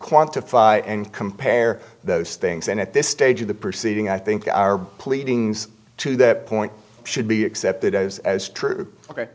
quantify and compare those things and at this stage of the proceeding i think our pleadings to that point should be accepted as true ok